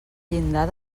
llindar